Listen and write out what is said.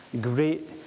great